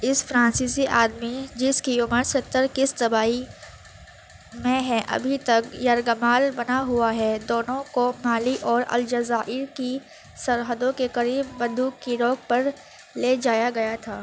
اس فرانسیسی آدمی جس کی عمر ستر کے سبائی میں ہے ابھی تک یرغمال بنا ہوا ہے دونوں کو مالی اور الجزائر کی سرحدوں کے قریب بندوق کی نوک پر لے جایا گیا تھا